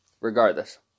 regardless